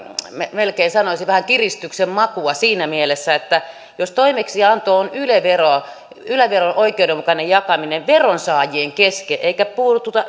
melkein sanoisin vähän kiristyksen makua siinä mielessä että toimeksianto on yle vero yle veron oikeudenmukainen jakaminen veronsaajien kesken eikä puututa